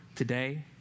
today